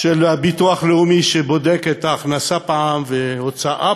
של הביטוח הלאומי שבודק פעם את ההכנסה ופעם את ההוצאה